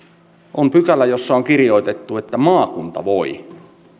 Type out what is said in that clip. on pykälä jossa on kirjoitettu että maakunta voi